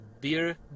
beer